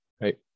right